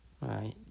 Right